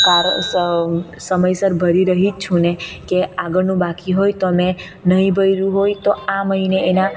સમયસર ભરી રહી જ છું ને કે આગળનું બાકી હોય તો મેં નહીં ભર્યું હોય તો આ મહિને એના